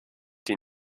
die